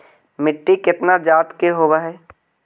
मिट्टी कितना जात के होब हय?